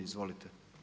Izvolite.